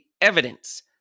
evidence